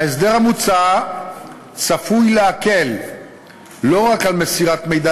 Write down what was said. ההסדר המוצע לא רק צפוי להקל על מסירת מידע